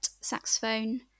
saxophone